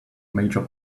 major